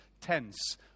tense